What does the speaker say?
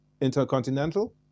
intercontinental